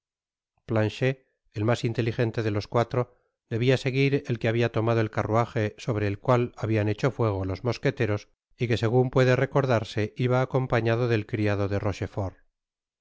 el mas inteligente delos cuatro debia seguir el que habia tomado el carruaje sobre el cual habian hecho fuego los mosqueteros y que segun puede recordarse iba acompañado del criado de rocuefort